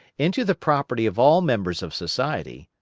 into the property of all members of society,